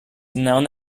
known